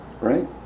Right